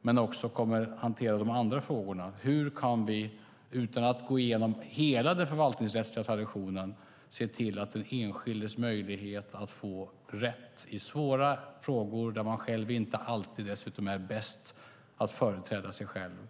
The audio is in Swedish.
men att man också kommer att hantera en annan fråga: Hur kan vi utan att gå igenom hela den förvaltningsrättsliga traditionen se till den enskildes möjlighet att få rätt i svåra frågor där man dessutom själv inte alltid är bäst att företräda sig själv?